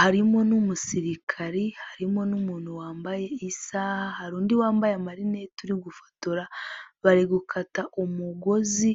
harimo n'umusirikare, harimo n'umuntu wambaye isaha, hari undi wambaye amarinete uri gufotora bari gukata umugozi.